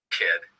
kid